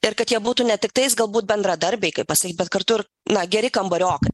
ir kad jie būtų ne tiktais galbūt bendradarbiai kaip pasakyt bet kartu ir na geri kambariokai